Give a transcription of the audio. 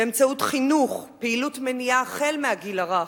באמצעות חינוך, פעילות מניעה החל מהגיל הרך,